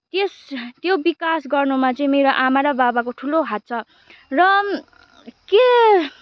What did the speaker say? त्यस त्यो विकास गर्नमा चाहिँ मेरो आमा र बाबाको ठुलो हात छ र के